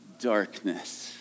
darkness